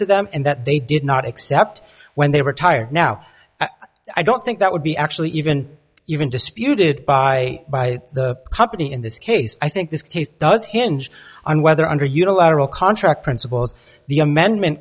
to them and that they did not except when they retire now i don't think that would be actually even even disputed by the company in this case i think this case does hinge on whether under unilateral contract principles the amendment